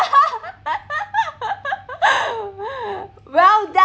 well done